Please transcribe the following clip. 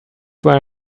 where